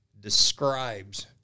describes